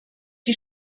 die